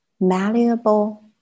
malleable